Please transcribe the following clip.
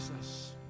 Jesus